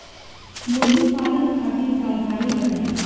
मुर्गी पालन खातिर सावधानी बताई?